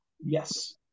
yes